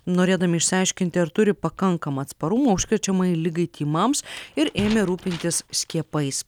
norėdami išsiaiškinti ar turi pakankamą atsparumą užkrečiamai ligai tymams ir ėmė rūpintis skiepais